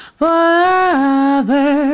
forever